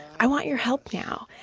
i want your help now.